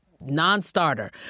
non-starter